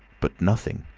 but nothing!